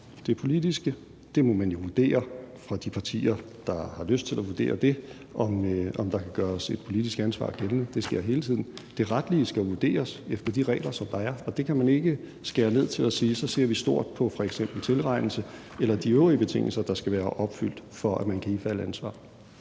det politiske må man jo vurdere hos de partier, der har lyst til at vurdere det, om der kan gøres et politisk ansvar gældende, og det sker hele tiden. Det retlige skal vurderes efter de regler, som der er, og det kan man ikke skære ned til at sige, at man så ser stort på f.eks. tilregnelse eller de øvrige betingelser, der skal være opfyldt, for at man kan ifalde ansvar.